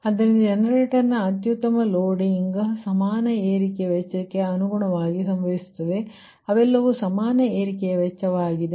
ಆದ್ದರಿಂದ ಜನರೇಟರನ ಅತ್ಯುತ್ತಮ ಲೋಡಿಂಗ್ ಸಮಾನ ಏರಿಕೆ ವೆಚ್ಚಕ್ಕೆ ಅನುಗುಣವಾಗಿ ಸಂಭವಿಸುತ್ತದೆ ಅವೆಲ್ಲವೂ ಸಮಾನ ಏರಿಕೆಯ ವೆಚ್ಚವಾಗಿದೆ